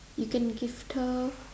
you can gift her